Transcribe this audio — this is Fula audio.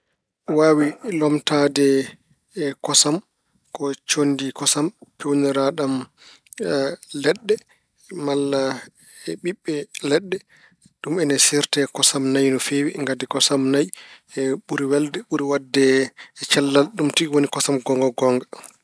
Waawi lomtaade kosam ko conndi kosam peewniraaɗam leɗɗe malla ɓiɓɓe leɗɗe. Ɗum ina seerti e kosam nayi no feewi ngati kosam nayi, ɓuri welde, ɓuri waɗde cellal. Ɗum tigi kosam goonga goonga.